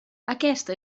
aquesta